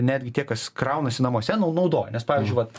netgi tie kas kraunasi namuose nau naudoja nes pavyzdžiui vat